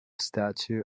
statue